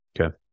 Okay